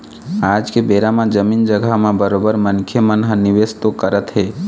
आज के बेरा म जमीन जघा म बरोबर मनखे मन ह निवेश तो करत हें